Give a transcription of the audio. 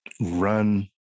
run